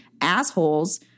assholes